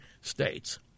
states